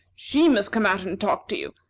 she must come out and talk to you,